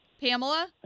Pamela